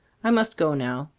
i must go now.